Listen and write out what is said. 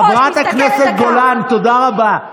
חברת הכנסת גולן, תודה רבה.